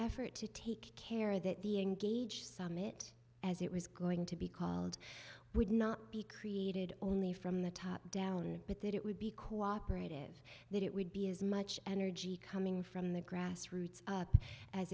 effort to take care that the engage summit as it was going to be called would not be created only from the top down but that it would be cooperative that it would be as much energy coming from the grassroots